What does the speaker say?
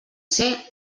ser